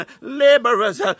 laborers